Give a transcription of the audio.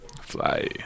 Fly